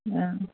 अँ